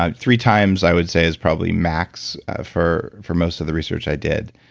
ah three times i would say is probably max for for most of the research i did